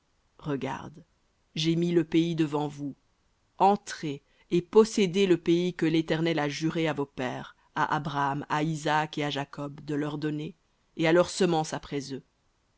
regarde j'ai mis le pays devant vous entrez et possédez le pays que l'éternel a juré à vos pères à abraham à isaac et à jacob de leur donner et à leur semence après eux